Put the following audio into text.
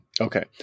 Okay